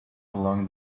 along